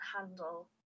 handle